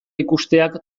ikusteak